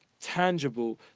tangible